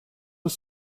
was